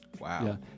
Wow